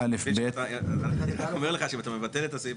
אני רק אומר לך שאם אתה מבטל את הסעיף